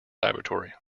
laboratory